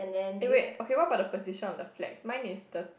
eh wait okay what about the position of the flags mine is the